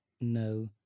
no